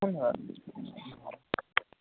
धन्यवादः